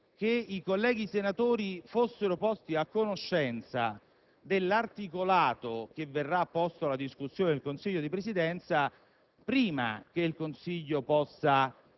che i colleghi senatori venissero a conoscenza dell'articolato che verrà posto alla discussione del Consiglio di Presidenza prima che esso possa